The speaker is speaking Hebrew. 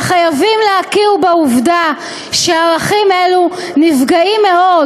אבל חייבים להכיר בעובדה שערכים אלו נפגעים מאוד